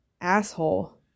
Asshole